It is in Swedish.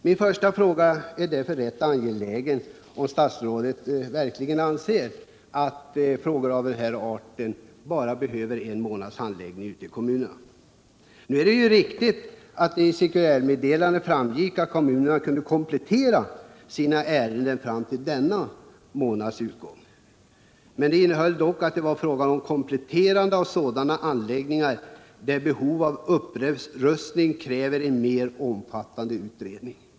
Min första fråga, om statsrådet verkligen anser att ärenden av denna art kan handläggas på bara en månad ute i kommunerna, är därför rätt angelägen. Det är riktigt att det av cirkulärmeddelandet framgick att kommunerna kunde komplettera ärendena fram till denna månads utgång. Men det angavs att det var fråga om komplettering av uppgifterna beträffande sådana anläggningar där behovet av upprustning krävde en mera omfattande utredning.